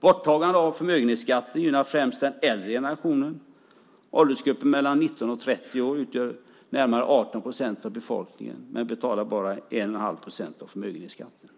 Borttagandet av förmögenhetsskatten gynnar främst den äldre generationen. Åldersgruppen 19-30 år utgör närmare 18 procent av befolkningen, men betalar bara 1 1⁄2 procent av förmögenhetsskatten.